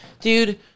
dude